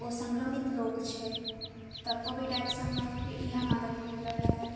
ओ सङ्क्रमित लोक छै तऽ कोविड ऐपसँ हमरासभके इएह मदद भेटल रहए